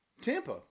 Tampa